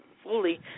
fully